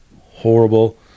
horrible